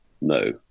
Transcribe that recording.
No